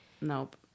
Nope